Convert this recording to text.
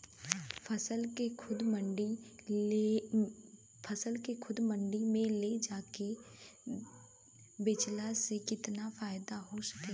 फसल के खुद मंडी में ले जाके बेचला से कितना फायदा हो सकेला?